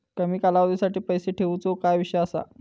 कमी कालावधीसाठी पैसे ठेऊचो काय विषय असा?